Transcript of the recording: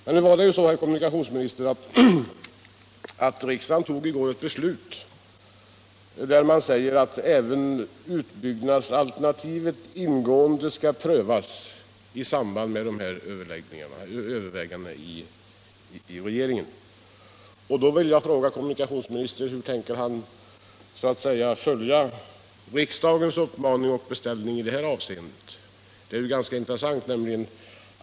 Men, herr kommunikationsminister, riksdagen fattade i går ett beslut innebärande att även utbyggnadsalternativet ingående skall prövas i samband med övervägandena i regeringen. Då vill jag fråga: Hur tänker kommunikationsministern följa riksdagens uppmaning och beställning i detta avseende?